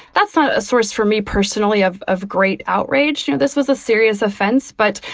that's a source for me personally of of great outrage. you know, this was a serious offense, but,